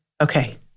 okay